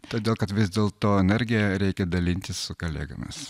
todėl kad vis dėl to energija reikia dalintis su kalegomis